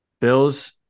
Bills